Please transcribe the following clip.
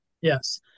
Yes